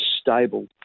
stable